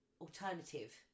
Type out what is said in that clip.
alternative